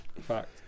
Fact